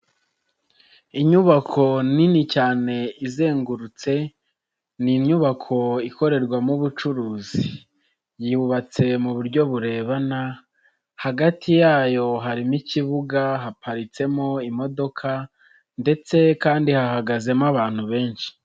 Inyubako nini cyane izengurutse, ni inyubako ikorerwamo ubucuruzi. Yubatse mu buryo burebana, hagati yayo harimo ikibuga haparitsemo imodoka ndetse kandi hahagazemo abantu benshi.